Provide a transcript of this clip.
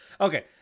Okay